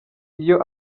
iyo